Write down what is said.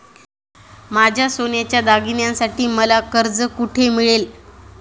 माझ्या सोन्याच्या दागिन्यांसाठी मला कर्ज कुठे मिळेल?